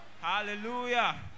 Hallelujah